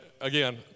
again